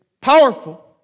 powerful